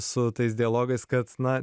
su tais dialogais kad na